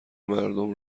مردم